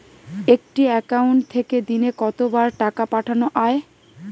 একটি একাউন্ট থেকে দিনে কতবার টাকা পাঠানো য়ায়?